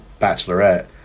bachelorette